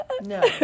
No